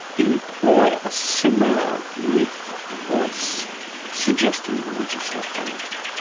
employ a similar myth voice suggesting religious authority?